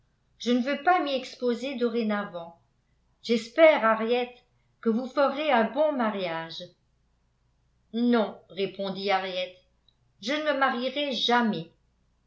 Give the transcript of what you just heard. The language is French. je ne veux pas m'y exposer dorénavant j'espère henriette que vous ferez un bon mariage non répondit henriette je ne me marierai jamais